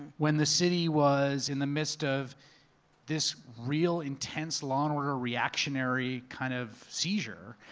when the city was in the midst of this real intense law and order reactionary kind of seizure,